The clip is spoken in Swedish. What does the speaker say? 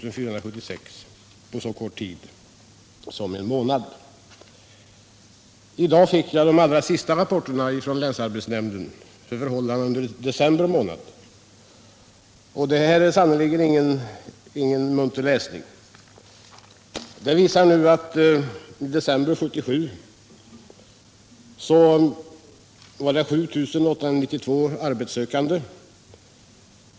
I dag fick jag de allra senaste rapporterna från länsarbetsnämnden beträffande förhållandena under december månad. Det är sannerligen inte någon munter läsning. Rapporterna visar att i december 1977 fanns det 7 892 arbetssökande.